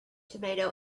tomato